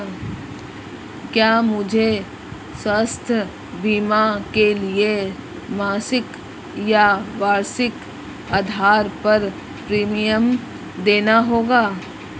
क्या मुझे स्वास्थ्य बीमा के लिए मासिक या वार्षिक आधार पर प्रीमियम देना होगा?